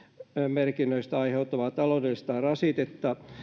merkinnöistä aiheutuvaa taloudellista rasitetta